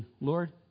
Lord